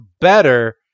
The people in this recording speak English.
better